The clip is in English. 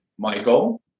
Michael